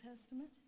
Testament